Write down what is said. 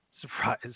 Surprise